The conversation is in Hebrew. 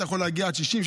אתה יכול להגיע עד 60,000,